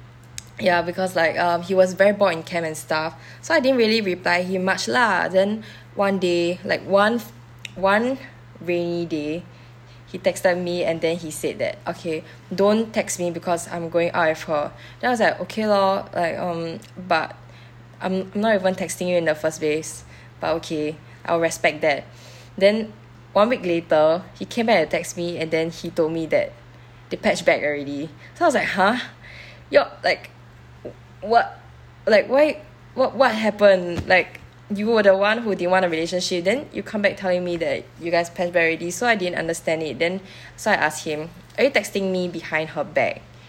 ya because like um he was very bored in camp and stuff so I didn't really reply him much lah then one day like one one rainy day he texted me and then he said that okay don't text me because I'm going with her then I was like okay lor like um but I'm not even texting you in the first place but okay I'll respect that then one week later he came back and text me and then he told me that they patch back already so I was like !huh! yo~ like mm what like why what what happened like you were the one who didn't you want a relationship then you come back telling me that you guys patch back already so I didn't understand it then so I asked him are you texting me behind her back